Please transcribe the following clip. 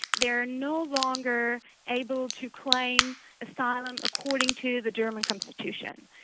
they are no longer able to claim asylum according to the german constitution.